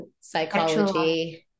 psychology